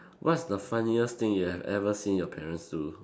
what's the funniest thing you have ever seen your parents do